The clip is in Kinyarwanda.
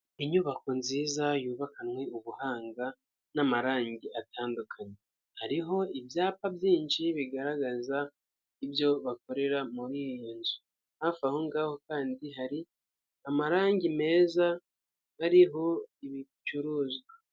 Inyubako nziza yubakanywe ubuhanga n'amarangi atandukanye, hariho ibyapa byinshi bigaragaza ibyo bakorera muri iyo nzu, hafi aho ngaho kandi hari amarangi meza, hariho ibicuruzwa.